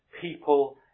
people